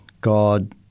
God